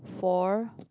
for